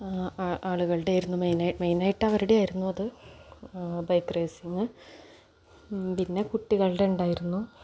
ആളുകളുടേതായിരുന്നു മെയിനായിട്ട് അവരുടേതായിരുന്നു bike racing പിന്നെ കുട്ടികളുടേതുണ്ടായിരുന്നു